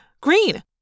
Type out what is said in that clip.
Green